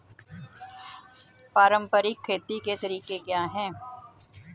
पारंपरिक खेती के तरीके क्या हैं?